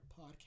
Podcast